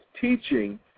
teaching